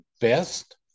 best